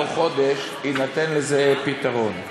בתוך חודש יינתן לזה פתרון.